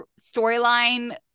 storyline